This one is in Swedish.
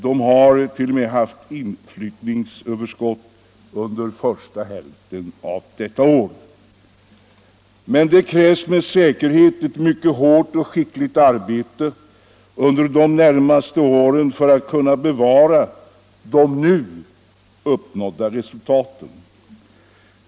De har t.o.m. haft inflyttningsöverskott under första hälften av detta år. Men det krävs med säkerhet ett mycket hårt och skickligt arbete under de närmaste åren för att kunna bevara de nu uppnådda resultaten.